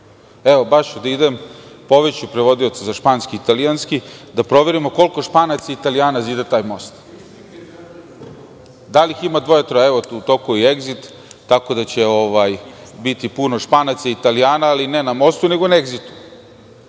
Baš ću da idem, povešću prevodioca za španski i italijanski, da proverimo koliko Španaca i Italijana zida taj most. Da li ih ima dvoje, troje? U toku je i "Egzit", tako da će biti puno Španaca i Italijana, ali ne na mostu nego na